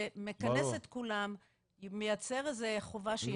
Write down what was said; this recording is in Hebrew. מכנס את כולם ומייצר איזו שהיא חובה.